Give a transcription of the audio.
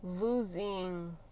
losing